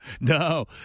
No